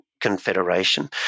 confederation